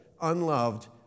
unloved